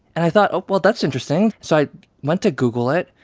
and i thought, oh, well, that's interesting. so i went to google it.